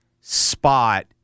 spot